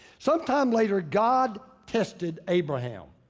sometime later, god tested abraham.